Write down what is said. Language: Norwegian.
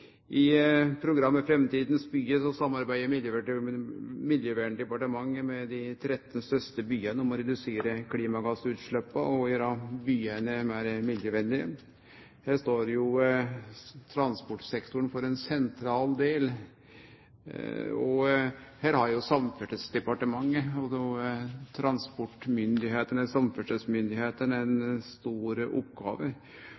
med de 13 største byane om å redusere klimagassutsleppa og gjere byane meir miljøvennlege. Her står jo transportsektoren for ein sentral del. Og her har Samferdselsdepartementet og transportmyndigheitene, samferdselsmyndigheitene,